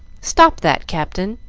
stop that, captain!